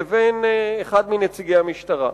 לבין אחד מנציגי המשטרה.